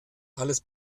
alles